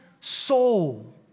soul